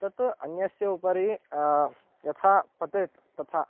तत् अन्यस्य उपरि यथा पतेत् तथा